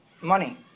money